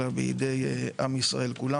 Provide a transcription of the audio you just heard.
אלא בידי עם ישראל כולם.